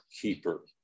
keeper